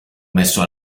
messo